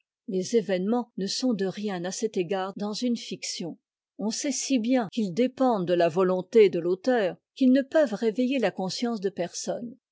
les événements ne sont de rien à cet égard dans une fiction on sait si bien qu'ils dépendent de la volonté de l'auteur qu'ils ne peuvent réveiller la conscience de personne